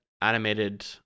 animated